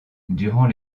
durant